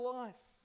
life